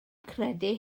credu